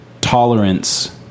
tolerance